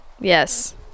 Yes